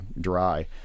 dry